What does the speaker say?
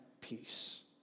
peace